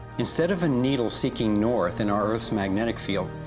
instead of a needle seeking north in our earth's magnetic field,